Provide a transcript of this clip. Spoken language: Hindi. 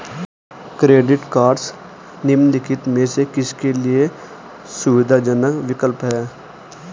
क्रेडिट कार्डस निम्नलिखित में से किसके लिए सुविधाजनक विकल्प हैं?